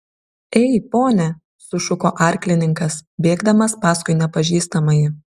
ei pone sušuko arklininkas bėgdamas paskui nepažįstamąjį